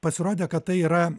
pasirodė kad tai yra